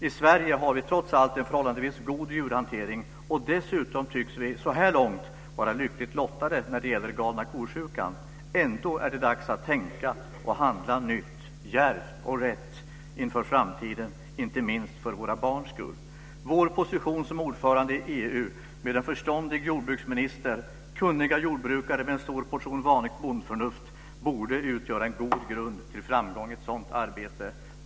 I Sverige har vi trots allt en förhållandevis god djurhantering, och dessutom tycks vi så här långt vara lyckligt lottade när det gäller galna ko-sjukan. Ändå är det dags att tänka och handla nytt, djärvt och rätt, inför framtiden inte minst för våra barns skull. Vår position som ordförandeland i EU, med en förståndig jordbruksminister, kunniga jordbrukare med en stor portion vanligt bondförnuft, borde utgöra en god grund till framgång i ett sådant arbete.